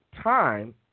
time